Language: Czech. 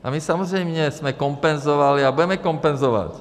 A my samozřejmě jsme kompenzovali a budeme kompenzovat.